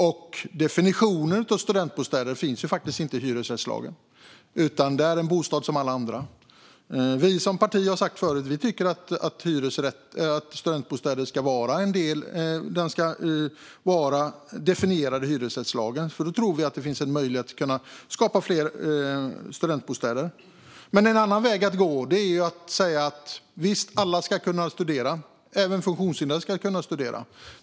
Men någon definition av vad en studentbostad är finns faktiskt inte i hyresgästlagen. Det är en bostad som alla andra. Vi som parti har sagt förut att vi tycker att studentbostäder ska vara definierade i hyresrättslagen, för då tror vi att det finns en möjlighet att kunna skapa fler studentbostäder. En annan väg att gå är att säga att visst, alla ska kunna studera. Även funktionshindrade ska kunna studera.